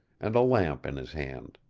and a lamp in his hand.